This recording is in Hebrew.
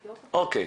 אוקיי.